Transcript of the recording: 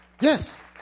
Yes